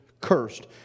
cursed